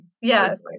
Yes